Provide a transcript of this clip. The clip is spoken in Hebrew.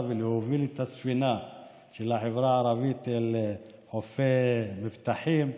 ולהוביל את הספינה של החברה הערבית אל חוף מבטחים,